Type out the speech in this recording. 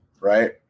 right